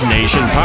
Nation